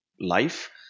life